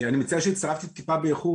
אני מצטער שהצטרפתי טיפה באיחור,